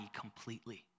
completely